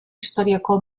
istorioko